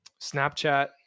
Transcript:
Snapchat